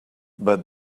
but